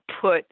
put